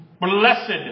Blessed